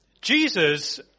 Jesus